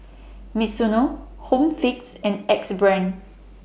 Misuno Home Fix and Axe Brand